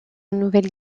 nouvelle